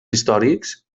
històrics